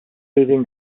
leaving